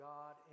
God